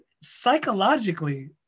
psychologically